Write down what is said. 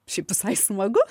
šiaip visai smagu